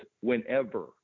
whenever